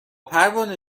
پروانه